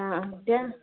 দিয়া